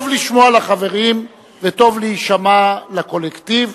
טוב לשמוע לחברים וטוב להישמע לקולקטיב.